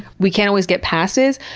we can always get passes,